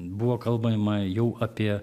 buvo kalbama jau apie